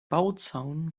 bauzaun